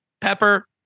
Pepper